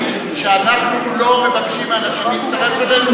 שאנחנו לא מבקשים מאנשים להצטרף אלינו.